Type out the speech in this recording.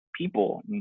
people